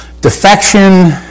defection